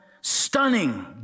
stunning